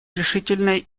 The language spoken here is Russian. решительной